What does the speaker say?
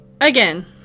again